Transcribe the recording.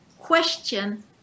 question